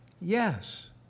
Yes